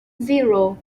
zero